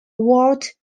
world